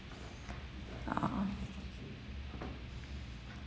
ah